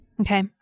Okay